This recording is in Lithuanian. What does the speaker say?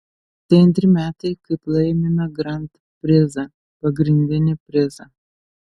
tai antri metai kaip laimime grand prizą pagrindinį prizą